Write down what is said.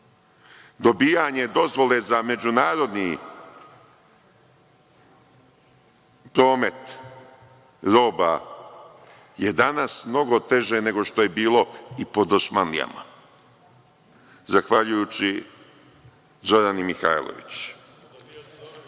Dobijanje dozvole za međunarodni promet roba je danas mnogo teže nego što je bilo i pod dosmanlijama, zahvaljujući Zorani Mihajlović.I